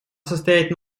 состоять